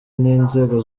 n’inzego